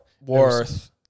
Worth